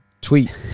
tweet